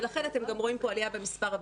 ולכן אתם גם רואים פה עלייה במספר הבדיקות.